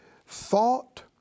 thought